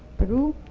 peru,